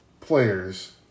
players